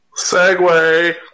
Segway